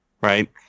right